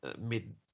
mid